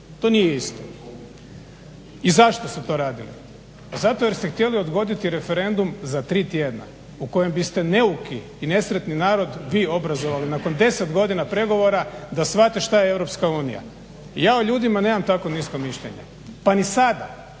to nije isto. I zašto ste to radili? Pa zato jer ste htjeli odgoditi referendum za tri tjedna u kojem biste neuki i nesretni narod vi obrazovali. Nakon 10 godina pregovora da shvate što je EU. Ja o ljudima nemam tako nisko mišljenje, pa ni sada